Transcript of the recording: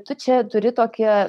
tu čia turi tokį